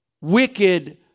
wicked